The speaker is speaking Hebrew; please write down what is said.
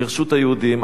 גירשו את היהודים,